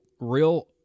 real